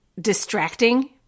distracting